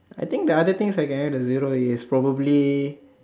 I think the other things I can add a zero is probably